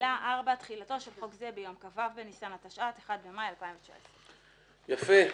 תחילה 4. תחילתו של חוק זה ביום כ"ו בניסן התשע"ט (1 במאי 2019)." יפה.